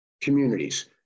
communities